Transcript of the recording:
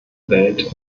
welt